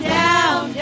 down